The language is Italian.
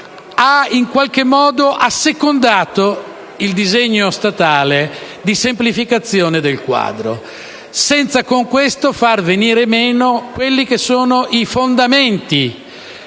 intercomunali - ha assecondato il disegno statale di semplificazione del quadro, senza con questo far venire meno quelli che sono i fondamenti